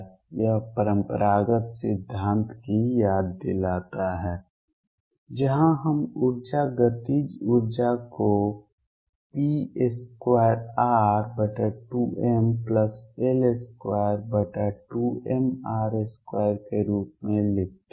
यह परम्परागत सिद्धांत की याद दिलाता है जहां हम ऊर्जा गतिज ऊर्जा को pr22ml22mr2 के रूप में लिखते हैं